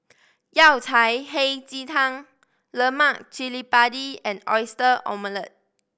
Yao Cai Hei Ji Tang lemak cili padi and Oyster Omelette